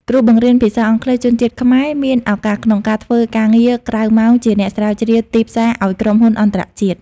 គ្រូបង្រៀនភាសាអង់គ្លេសជនជាតិខ្មែរមានឱកាសក្នុងការធ្វើការងារក្រៅម៉ោងជាអ្នកស្រាវជ្រាវទីផ្សារឱ្យក្រុមហ៊ុនអន្តរជាតិ។